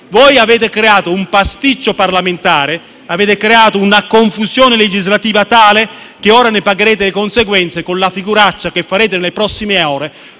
Voi avete creato un pasticcio parlamentare e una confusione legislativa tali per cui ora ne pagherete le conseguenze, con la figuraccia che farete nelle prossime ore